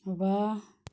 वाह